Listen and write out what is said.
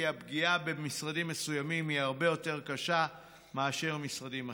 כי הפגיעה במשרדים מסוימים היא הרבה יותר קשה מאשר במשרדים אחרים.